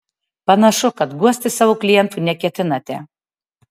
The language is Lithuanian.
panašu kad guosti savo klientų neketinate